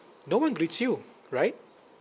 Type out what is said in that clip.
no one greets you right